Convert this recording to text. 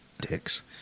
dicks